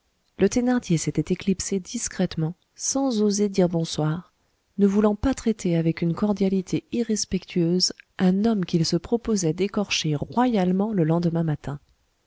le thénardier s'était éclipsé discrètement sans oser dire bonsoir ne voulant pas traiter avec une cordialité irrespectueuse un homme qu'il se proposait d'écorcher royalement le lendemain matin